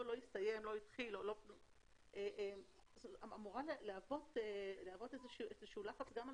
לא הסתיים או לא התחיל אמורה להוות איזשהו לחץ גם על